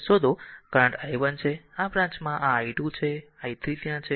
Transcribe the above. તેથી એક current i 1 છે આ બ્રાંચમાં આ i2 છે અને I i 3 ત્યાં છે